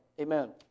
amen